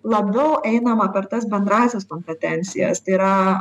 labiau einama per tas bendrąsias kompetencijas tai yra